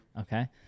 Okay